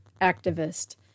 activist